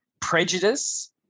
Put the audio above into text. Prejudice